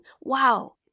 Wow